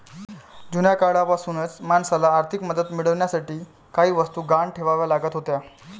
जुन्या काळापासूनच माणसाला आर्थिक मदत मिळवण्यासाठी काही वस्तू गहाण ठेवाव्या लागत होत्या